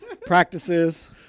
Practices